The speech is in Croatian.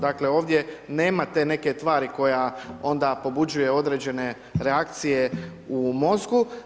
Dakle ovdje nema te neke tvari koja ona pobuđuje određene reakcije u mozgu.